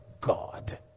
God